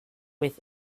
with